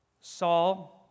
Saul